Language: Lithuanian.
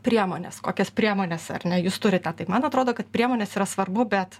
priemones kokias priemones ar ne jūs turite tai man atrodo kad priemonės yra svarbu bet